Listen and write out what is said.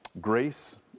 Grace